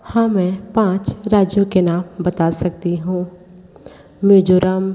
हाँ मैं पाँच राज्यों के नाम बता सकती हूँ मिजोरम